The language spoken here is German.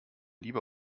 lieber